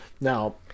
Now